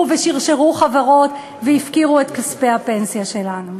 ושרשרו חברות והפקירו את כספי הפנסיה שלנו.